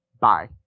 Bye